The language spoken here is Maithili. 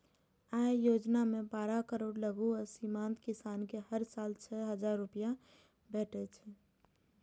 अय योजना मे बारह करोड़ लघु आ सीमांत किसान कें हर साल छह हजार रुपैया भेटै छै